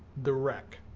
the wreck.